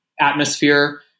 atmosphere